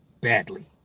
badly